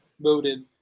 voted –